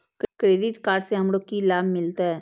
Credit card से हमरो की लाभ मिलते?